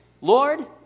Lord